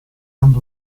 anni